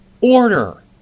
order